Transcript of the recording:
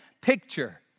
picture